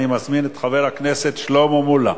אני מזמין את חבר הכנסת שלמה מולה,